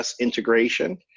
integration